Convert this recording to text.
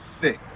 sick